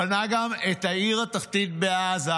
בנה גם את העיר התחתית בעזה,